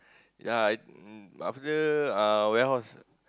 yea I uh after warehouse